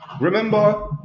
remember